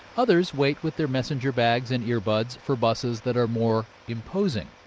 others wait with their messenger bags and earbuds for buses that are more imposing.